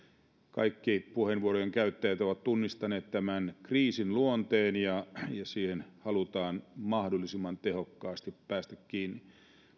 kaikki puheenvuorojen käyttäjät ovat tunnistaneet tämän kriisin luonteen ja siihen halutaan mahdollisimman tehokkaasti päästä kiinni